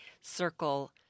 circle